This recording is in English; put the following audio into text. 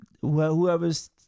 whoever's